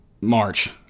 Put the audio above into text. March